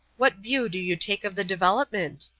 what view do you take of the development?